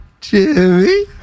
Jimmy